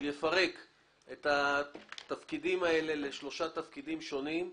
שיפרק את התפקידים האלה לשלושה תפקידים שונים.